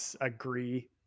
agree